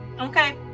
okay